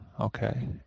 okay